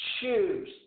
choose